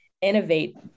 innovate